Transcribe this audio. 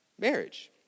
marriage